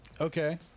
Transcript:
okay